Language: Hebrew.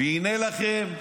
והינה לכם,